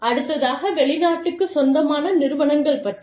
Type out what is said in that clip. அடுத்ததாக வெளிநாட்டுக்குச் சொந்தமான நிறுவனங்கள் பற்றி